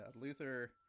Luther